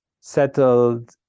settled